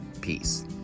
Peace